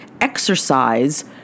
exercise